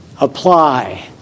Apply